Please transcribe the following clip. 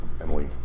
Emily